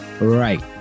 Right